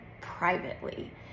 privately